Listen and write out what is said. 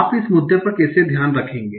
आप इस मुद्दे पर कैसे ध्यान रखेंगे